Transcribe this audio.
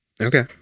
Okay